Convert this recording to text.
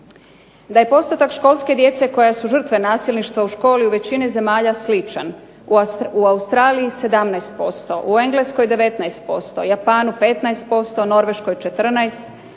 da je postotak školske djece koje su žrtve nasilništva u školi u većini zemalja sličan. U Australiji 17%, u Engleskoj 19%, Japanu 15%, Norveškoj 15%,